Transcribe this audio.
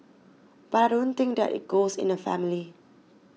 but I don't think that it goes in the family